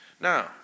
Now